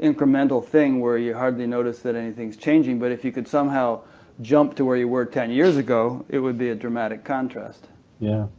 incremental thing where you hardly notice that anything is changing. but if you could somehow just to where you were ten years ago, it would be a dramatic contrast. david yeah,